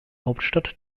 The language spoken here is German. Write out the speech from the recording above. hauptstadt